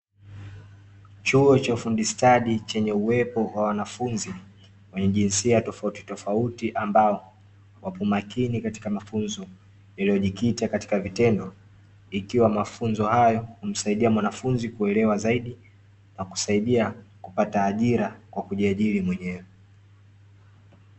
Chuo cha ufundi stadi chenye uwepo wa wanafunzi wa jinsia tofautitofauti, ambao wapo makini katika mafunzo iliyojikita katika vitendo, ikiwa mafunzo hayo humsaidia mwanafunzi kuelewa zaidi na kusaidia kupata ajira kwa kujiajiri mwenyewe.